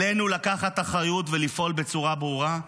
עלינו לקחת אחריות ולפעול בצורה ברורה,